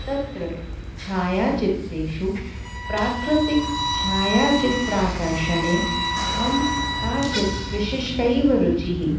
तत्र छायाचित्रेषु प्राकृतिकच्छायाचित्राकर्षणे मम काचित् विशिष्टैव रुचिः